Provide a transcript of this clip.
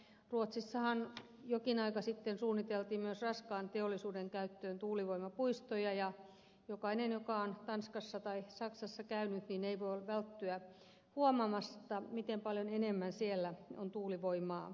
ruotsissahan jokin aika sitten suunniteltiin myös raskaan teollisuuden käyttöön tuulivoimapuistoja ja jokainen joka on tanskassa tai saksassa käynyt ei voi välttyä huomaamasta miten paljon enemmän siellä on tuulivoimaa